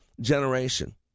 generation